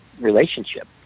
relationship